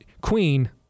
queen